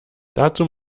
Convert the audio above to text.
dazu